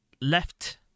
left